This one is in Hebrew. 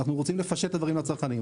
ואנחנו רוצים לפשט את הדברים עבור הצרכנים.